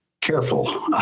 careful